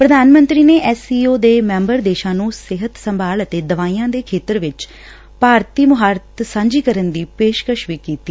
ਪੁਧਾਨ ਮੰਤਰੀ ਨੇ ਐਸ ਸੀ ਓ ਦੇ ਮੈਬਰ ਦੇਸ਼ਾਂ ਨੇ ਸਿਹਤ ਸੰਭਾਲ ਅਤੇ ਦਵਾਈਆਂ ਦੇ ਖੇਤਰ ਚ ਭਾਰਤੀ ਮੁਹਾਰਤ ਸਾਂਝੀ ਕਰਨ ਦੀ ਪੇਸ਼ਕਸ਼ ਵੀ ਕੀਤੀ